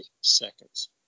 seconds